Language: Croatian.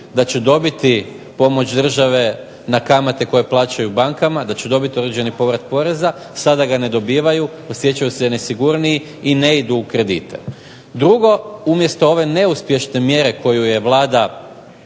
da će dobiti pomoć države na kamate koje plaćaju bankama, da će dobiti određeni povrat poreza, sada ga ne dobivaju, osjećaju se nesigurniji i ne idu u kredite. Drugo, umjesto ove neuspješne mjere koju je Vlada